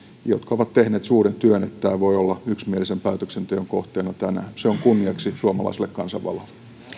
jotka ovat tehneet suuren työn niin että tämä voi olla yksimielisen päätöksenteon kohteena tänään se on kunniaksi suomalaiselle kansanvallalle